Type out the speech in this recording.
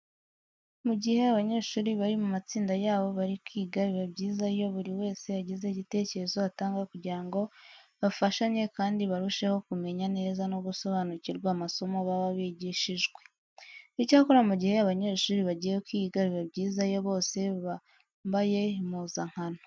Mu gihe abanyeshuri bari mu matsinda yabo bari kwiga biba byiza iyo buri wese agize igitekerezo atanga kugira ngo bafashanye kandi barusheho kumenya neza no gusobanukirwa amasomo baba bigishijwe. Icyakora mu gihe abanyeshuri bagiye kwiga biba byiza iyo bose bambaye impuzankano.